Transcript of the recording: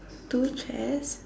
two chairs